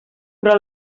però